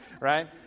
right